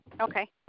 Okay